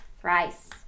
Thrice